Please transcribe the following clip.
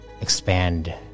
expand